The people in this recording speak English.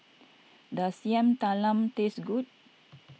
does Yam Talam taste good